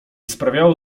sprawiało